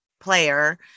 player